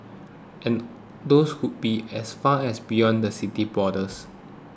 and those could be as far as beyond the city's borders